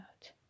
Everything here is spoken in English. out